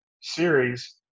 Series